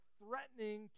threatening